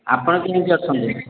ଆପଣ କେମିତି ଅଛନ୍ତି